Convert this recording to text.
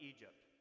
Egypt